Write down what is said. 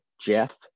jeff